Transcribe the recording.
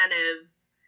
incentives